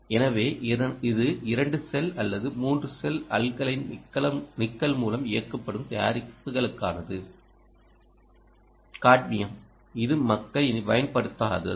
எனவே இது 2 செல் அல்லது 3 செல் அல்கலைன் நிக்கல்மூலம் இயக்கப்படும் தயாரிப்புகளுக்கானது காட்மியம் இது மக்கள் இனி பயன்படுத்தாதது